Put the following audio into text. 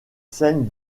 scènes